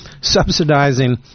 subsidizing